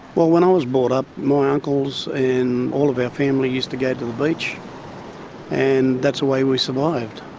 well, when i was brought up my uncles and all of our family used to go to the beach and that's the way we survived,